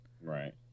Right